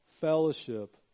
fellowship